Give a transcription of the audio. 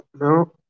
no